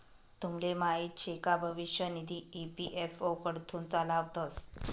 तुमले माहीत शे का भविष्य निधी ई.पी.एफ.ओ कडथून चालावतंस